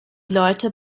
leute